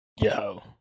Yo